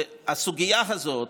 הסוגיה הזאת,